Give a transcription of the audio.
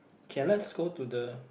K let's go to the